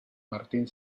martín